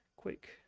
quick